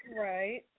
Right